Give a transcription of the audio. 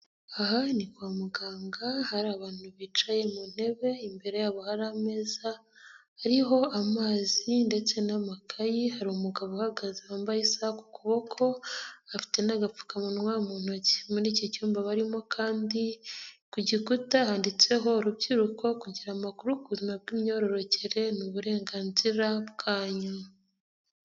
Aha ni kwa muganga hari abantu bicaye mu ntebe imbere yabo hari ameza ariho amazi ndetse n'amakayi, hari umugabo uhagaze wambaye isaha ku kuboko, afite n'agapfukamunwa mu ntoki. Muri iki cyumba barimo kandi ku gikuta handitseho rubyiruko kugira amakuru ku buzima bw'imyororokere ni uburenganzira bwanyu.